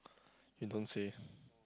you don't say